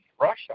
Russia